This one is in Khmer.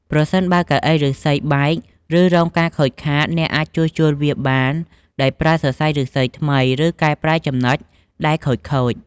ប្រសិនបើកៅអីឫស្សីបែក ឬរងការខូចខាត អ្នកអាចជួសជុលវាបានដោយប្រើសរសៃឫស្សីថ្មីឬកែប្រែចំណុចដែលខូចៗ។